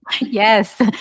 yes